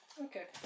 Okay